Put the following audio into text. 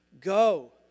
go